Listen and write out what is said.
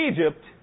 Egypt